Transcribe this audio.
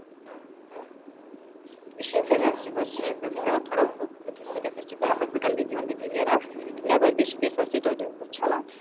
شیٖن سۭتۍ شیٖن چھِ کران تھوڑا بہت بٕتھِس یہِ تَمہِ سۭتۍ چھِ پھیٚپھر گَندَگی وَندَگی نیران نٮ۪بر بیٚیہِ چھِ فیس واش سۭتۍ دۄہے دۄہے بُتھ چھَلان